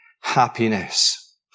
happiness